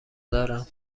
دارم